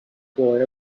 boy